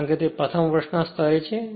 કારણ કે આ પ્રથમ વર્ષના સ્તરે છે